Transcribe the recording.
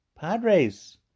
Padres